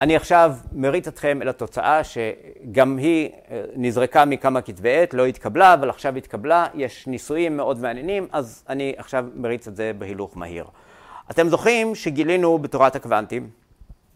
‫אני עכשיו מריץ אתכם אל התוצאה ‫שגם היא נזרקה מכמה כתבי עת, ‫לא התקבלה, אבל עכשיו התקבלה. ‫יש ניסויים מאוד מעניינים, ‫אז אני עכשיו מריץ את זה ‫בהילוך מהיר. ‫אתם זוכרים שגילינו בתורת הקוואנטים?